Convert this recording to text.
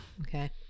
Okay